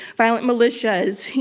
violent militias